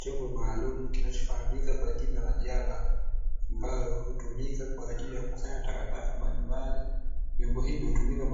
Chombo maalumu kinachofahamika kwa jina la jaba, ambalo hutumika kwa ajili ya kukusanya takataka mbalimbali, vyombo hivyo hutumika